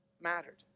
mattered